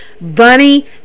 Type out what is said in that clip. Bunny